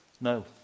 No